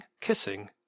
kissing